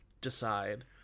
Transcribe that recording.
decide